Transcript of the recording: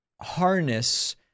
harness